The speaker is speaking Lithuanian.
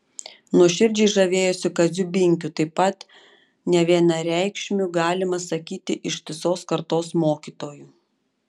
nuoširdžiai žavėjosi kaziu binkiu taip pat nevienareikšmiu galima sakyti ištisos kartos mokytoju